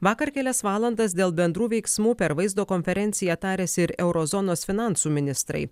vakar kelias valandas dėl bendrų veiksmų per vaizdo konferenciją tarėsi ir euro zonos finansų ministrai